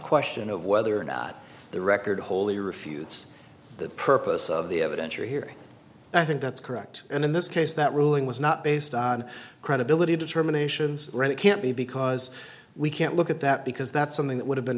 question of whether or not the record wholly refutes the purpose of the evidentiary hearing i think that's correct and in this case that ruling was not based on credibility determinations really can't be because we can't look at that because that's something that would have been